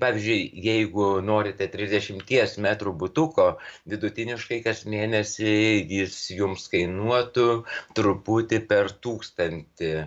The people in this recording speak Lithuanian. pavyzdžiui jeigu norite trisdešimties metrų butuko vidutiniškai kas mėnesį jis jums kainuotų truputį per tūkstantį